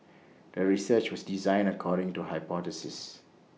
the research was designed according to the hypothesis